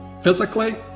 physically